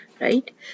right